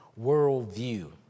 worldview